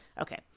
Okay